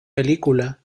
película